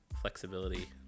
flexibility